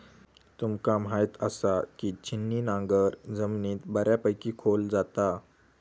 तुमका म्हायत आसा, की छिन्नी नांगर जमिनीत बऱ्यापैकी खोल जाता